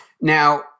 Now